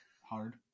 hard